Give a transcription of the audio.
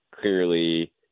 clearly